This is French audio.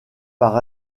par